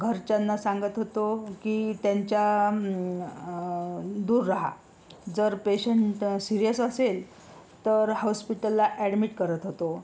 घरच्यांना सांगत होतो की त्यांच्या दूर रहा जर पेंशन्ट सीरियस असेल तर हॉस्पिटलला ॲडमिट करत होतो